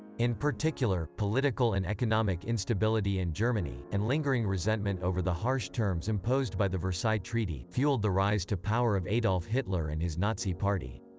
in particular, political and economic instability in germany, and lingering resentment over the harsh terms imposed by the versailles treaty, fueled the rise to power of adolf hitler and his nazi party.